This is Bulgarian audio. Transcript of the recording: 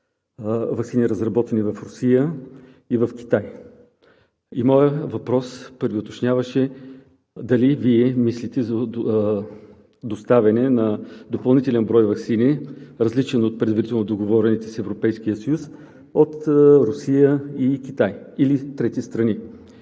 ваксини, разработени в Русия, и в Китай. Моят първи уточняващ въпрос е: дали Вие мислите за доставяне на допълнителен брой ваксини, различни от предварително договорените с Европейския съюз, от Русия и Китай или трети страни?